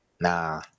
Nah